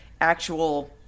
actual